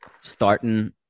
starting